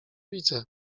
widzę